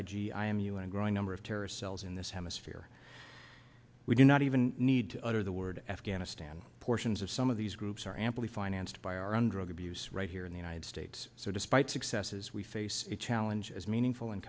i g i m u n a growing number of terrorist cells in this hemisphere we do not even need to utter the word afghanistan portions of some of these groups are amply financed by our own drug abuse right here in the united states so despite successes we face a challenge as meaningful and